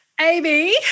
Amy